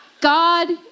God